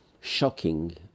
shocking